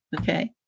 Okay